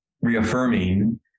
reaffirming